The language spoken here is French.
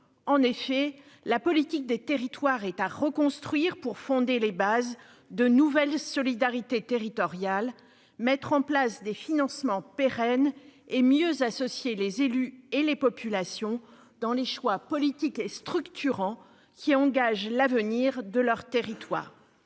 en effet la politique des territoires est à reconstruire, pour fonder les bases de nouvelles solidarités territoriales, mettre en place des financements pérennes et mieux associer les élus et les populations dans les choix politiques et structurant qui engage l'avenir de leur territoire,